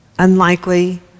Unlikely